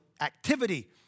activity